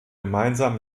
gemeinsam